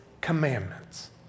commandments